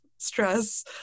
stress